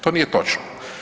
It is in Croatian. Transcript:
To nije točno.